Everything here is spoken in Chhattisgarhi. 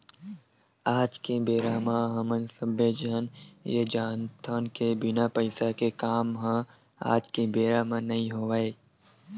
आज के बेरा म हमन सब्बे झन ये जानथन के बिना पइसा के काम ह आज के बेरा म नइ होवय